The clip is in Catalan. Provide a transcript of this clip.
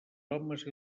homes